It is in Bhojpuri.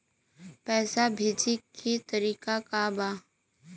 पैसा भेजे के तरीका का बा?